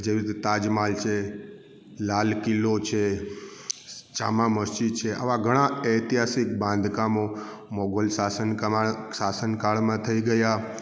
જેવી રીતે તાજમહલ છે લાલ કિલ્લો છે જામા મસ્જિદ છે આવા ઘણાં ઐતિહાસિક બાંધકામો મોગલ શાસન શાસનકાળમાં થઈ ગયા